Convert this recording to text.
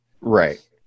Right